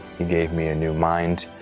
he gave me a new mind.